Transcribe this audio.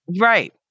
Right